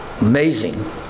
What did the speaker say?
Amazing